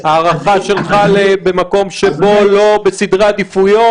מה ההערכה שלך לגבי מקום שלא בסדרי עדיפויות